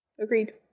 Agreed